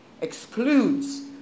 excludes